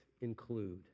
include